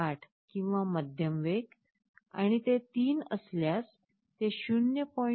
8 किंवा मध्यम वेग आणि ते 3 असल्यास ते 0